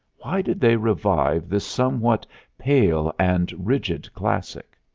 why did they revive this somewhat pale and rigid classic?